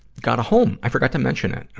got a home. i forgot to mention it, ah,